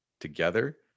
together